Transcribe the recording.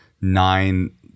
nine